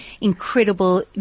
incredible